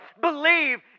believe